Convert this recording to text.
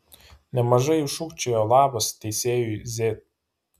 nemažai jų šūkčiojo labas teisėjui z